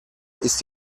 ist